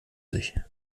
sich